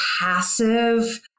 passive